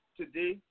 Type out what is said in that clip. today